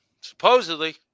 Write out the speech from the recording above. Supposedly